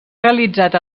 realitzat